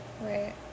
Right